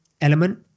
element